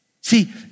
See